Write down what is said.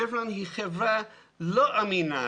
שברן היא חברה לא אמינה,